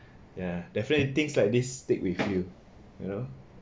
ya definitely things like this stick with you you know